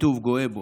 הקיטוב גואה בו.